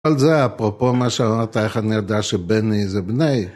אבל זה אפרופו מה שאמרת איך אני יודע שבני זה בני.